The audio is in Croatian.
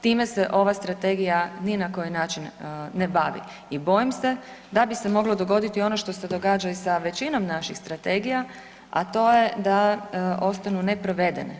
Time se ova strategija ni na koji način ne bavi i bojim se da bi se moglo dogoditi ono što se događa i sa većinom naših strategija, a to je da ostanu neprovedene.